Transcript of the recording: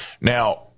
Now